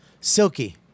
Silky